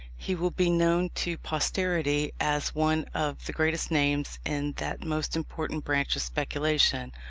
he will be known to posterity as one of the greatest names in that most important branch of speculation,